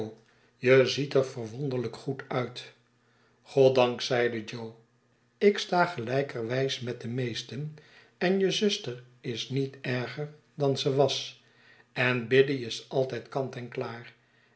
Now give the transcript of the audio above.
je ziet er verwonderlijk goed uit goddank zeide jo ik sta gelijkerwijs met de meesten en je zuster is niet erger dan ze was en biddy is altijd leant en klaar